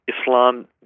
Islam